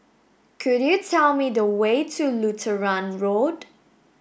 could you tell me the way to Lutheran Road